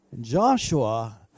Joshua